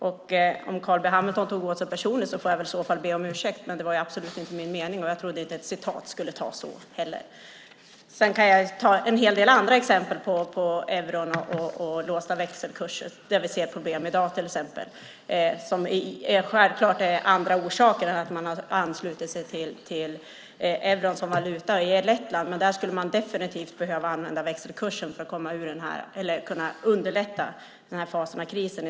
Om Carl B Hamilton tog åt sig personligen får jag i så fall be om ursäkt, men det var absolut inte min mening, och jag trodde inte att ett citat skulle tas så heller. Sedan kan jag ta en hel del andra exempel på euron och låsta växelkurser där vi ser problem i dag. Självklart finns det andra orsaker än att man har anslutit sig till euron som valuta i Lettland, men där skulle man definitivt behöva kunna underlätta att komma ur den här fasen av krisen med hjälp av växelkursen.